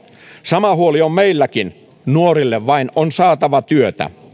sama huoli on meilläkin nuorille vain on saatava työtä